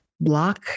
block